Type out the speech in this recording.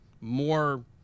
more